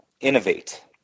innovate